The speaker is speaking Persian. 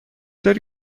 داری